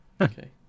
Okay